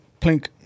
plink